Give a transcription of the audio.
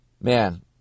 man